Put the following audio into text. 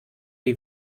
die